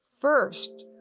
First